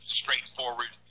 straightforward